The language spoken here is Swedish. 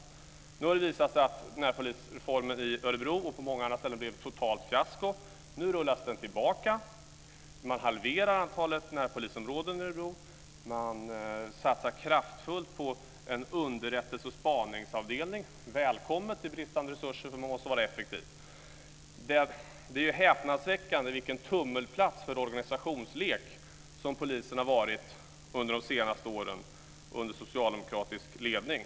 Det har nu visat sig att närpolisreformen i Örebro och på många andra ställen har blivit ett totalt fiasko. Nu rullas reformen tillbaka. Man halverar antalet närpolisområden i Örebro. Man satsar kraftfullt på en underrättelse och spaningsavdelning. Det är välkommet med tanke på de bristande resurserna, för man behöver vara effektiv. Det är häpnadsväckande vilken tummelplats för organisationslek som polisområdet har varit de senaste åren under socialdemokratisk ledning.